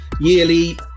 yearly